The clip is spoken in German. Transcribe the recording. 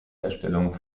herstellung